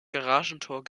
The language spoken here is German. garagentor